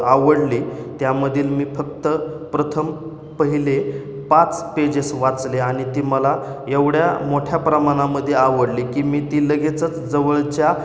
आवडली त्यामधील मी फक्त प्रथम पहिले पाच पेजेस वाचले आणि ती मला एवढ्या मोठ्या प्रमाणामध्ये आवडली की मी ती लगेचच जवळच्या